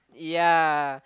yeah